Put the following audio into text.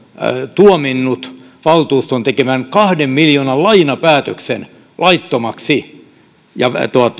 tuominnut valtuuston tekemän kahden miljoonan lainapäätöksen laittomaksi ja